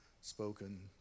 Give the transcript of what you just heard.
spoken